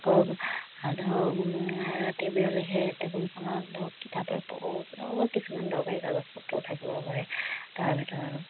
ধৰক ৰাতি বিয়লিহে টেবুলখনত ধৰক কিতাপে তেওঁলোকৰ কিছুমান দৰকাৰী কাগজ পত্ৰ থাকিব পাৰে তাৰ ভিতৰত